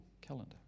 calendar